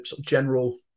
general